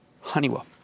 Honeywell